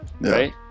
Right